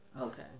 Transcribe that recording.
Okay